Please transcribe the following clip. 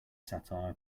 satire